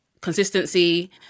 consistency